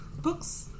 books